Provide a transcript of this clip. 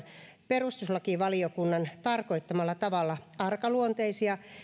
perustuslakivaliokunnan tarkoittamalla tavalla arkaluonteisia